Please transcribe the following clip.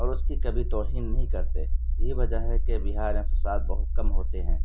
اور اس کی کبھی توہین نہیں کرتے یہی وجہ ہے کہ بہار میں فساد بہت کم ہوتے ہیں